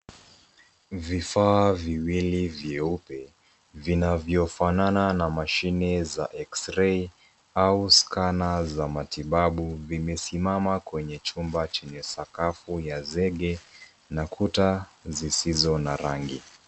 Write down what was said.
Vifaa viwili vyeupe vinavyo fanana na mashine za eksirei au scan za matibabu imesimama kwenye sakafu ya sege na kuta zizizo na rangi.